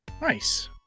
Nice